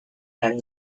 and